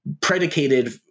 predicated